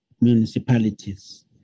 municipalities